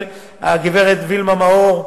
הגברת וילמה מאור,